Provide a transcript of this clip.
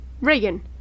Reagan